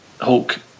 Hulk